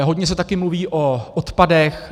Hodně se také mluví o odpadech.